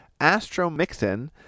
astromixin